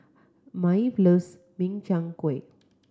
Maeve loves Min Chiang Kueh